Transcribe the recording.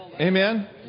Amen